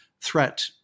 threat